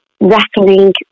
rattling